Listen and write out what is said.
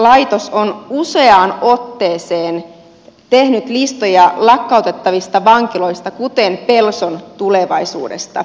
rikosseuraamuslaitos on useaan otteeseen tehnyt listoja lakkautettavien vankiloiden kuten pelson tulevaisuudesta